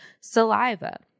saliva